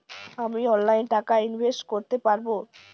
আমি অনলাইনে টাকা ইনভেস্ট করতে পারবো?